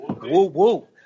Woo-woo